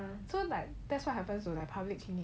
so like that's what happens to like public clinic